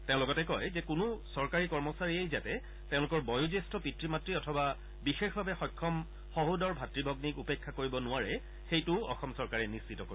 তেওঁ লগতে কয় যে কোনো চৰকাৰী কৰ্মচাৰীয়েই যাতে তেওঁলোকৰ বয়োজ্যেষ্ঠ পিতৃ মাতৃ অথবা বিশেষভাৱে সক্ষম সহোদৰ ভাতৃ ভগ্মীক উপেক্ষা কৰিব নোৱাৰে সেইটোও অসম চৰকাৰে নিশ্চিত কৰিব